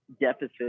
deficit